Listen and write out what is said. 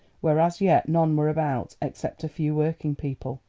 where as yet none were about except a few working people.